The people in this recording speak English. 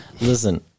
listen